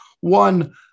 One